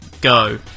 go